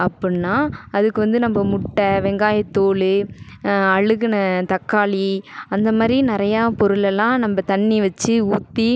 அப்புடின்னா அதுக்கு வந்து நம்ப முட்டை வெங்காய தோல் அழுகின தக்காளி அந்தமாதிரி நிறையா பொருளெல்லாம் நம்ப தண்ணி வச்சு ஊற்றி